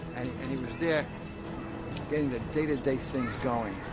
and he was there getting the day-to-day things going,